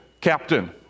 Captain